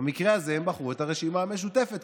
אבל אני רוצה לחזור לעניין,